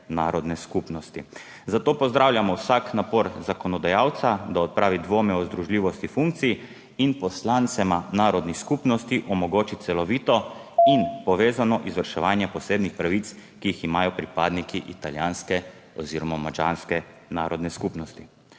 narodne skupnosti, zato pozdravljamo vsak napor zakonodajalca, da odpravi dvome o združljivosti funkcij in poslancema narodnih skupnosti omogoči celovito in povezano izvrševanje posebnih pravic, ki jih imajo pripadniki italijanske oziroma madžarske narodne skupnosti.